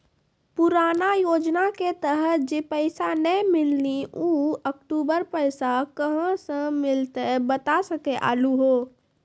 पुराना योजना के तहत जे पैसा नै मिलनी ऊ अक्टूबर पैसा कहां से मिलते बता सके आलू हो?